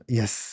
yes